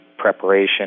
preparation